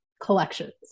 Collections